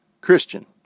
Christian